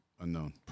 unknown